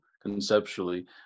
conceptually